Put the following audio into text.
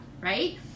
right